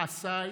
מעשיי